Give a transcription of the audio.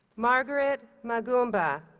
margaret magumba,